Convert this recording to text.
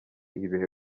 ibihe